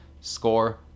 Score